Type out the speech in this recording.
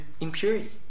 impurity